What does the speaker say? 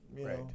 Right